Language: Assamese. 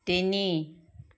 তিনি